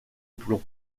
plomb